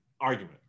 argument